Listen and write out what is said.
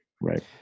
Right